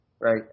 right